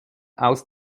aus